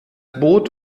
boot